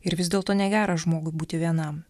ir vis dėlto negera žmogui būti vienam